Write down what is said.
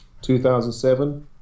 2007